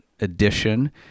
edition